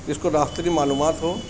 جس کو راستے کی معلومات ہو